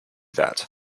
that